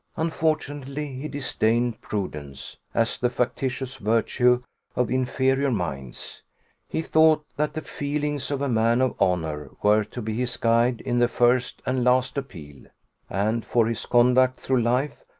unfortunately he disdained prudence, as the factitious virtue of inferior minds he thought that the feelings of a man of honour were to be his guide in the first and last appeal and for his conduct through life,